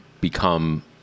become